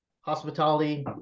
hospitality